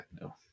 no